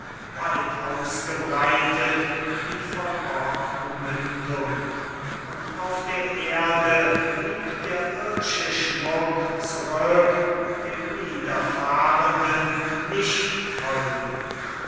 weit ausgebreitet die verborgne mündung und auf der erde blieb der ird'sche schmuck zurück dem niederfahrenden nicht folgend doch